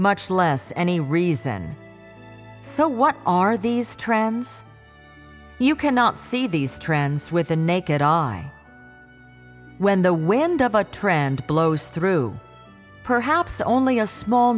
much less any reason so what are these trends you cannot see these trends with the naked eye when the wind of a trend blows through perhaps only a small